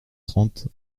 trente